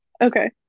okay